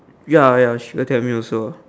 ya ya she will tell me also